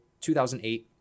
2008